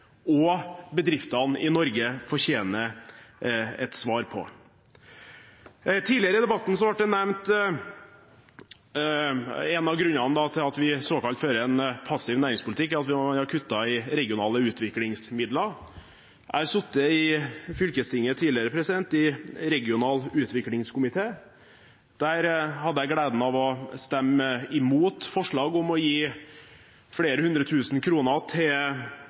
og bedriftene i Norge fortjener et svar på. Tidligere i debatten ble det nevnt at en av grunnene til at vi fører en såkalt passiv næringspolitikk, er at man har kuttet i regionale utviklingsmidler. Jeg har sittet i fylkestinget tidligere, i regional utviklingskomité. Der hadde jeg gleden av å stemme imot forslaget om å gi flere hundre tusen kroner til